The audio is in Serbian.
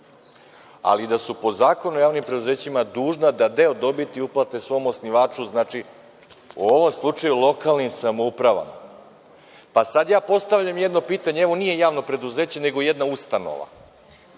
ali da su po Zakonu o javnim preduzećima dužna da deo dobiti uplate svom osnivaču, znači u ovom slučaju lokalnim samoupravama. Sad postavljam jedno pitanje, evo, nije javno preduzeće, nego jedna ustanova.